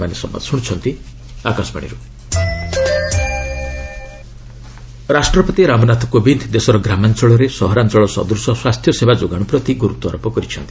president sickle cell ରାଷ୍ଟ୍ରପତି ରାମନାଥ କୋବିନ୍ଦ ଦେଶର ଗ୍ରାମାଞ୍ଚଳରେ ସହରାଞ୍ଚଳ ସଦୂଶ ସ୍ୱାସ୍ଥ୍ୟସେବା ଯୋଗାଣ ପ୍ରତି ଗୁରୁତ୍ୱାରୋପ କରିଛନ୍ତି